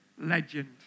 Legend